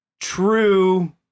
True